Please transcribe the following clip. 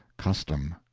custom.